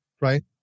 right